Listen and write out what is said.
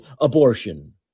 abortion